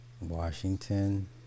Washington